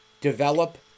develop